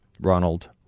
Ronald